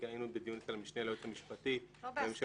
היינו בדיון אצל המשנה ליועץ המשפטי לממשלה.